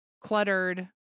cluttered